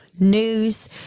News